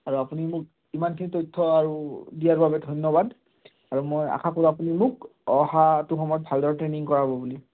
আৰু আপুনি মোক ইমানখিনি তথ্য আৰু দিয়াৰ বাবে ধন্যবাদ আৰু মই আশা কৰোঁ আপুনি মোক অহাটো সময়ত ভালদৰে ট্ৰেইনিং কৰাব বুলি